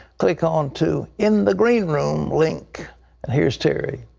click on to in the green room, link. and here's terry.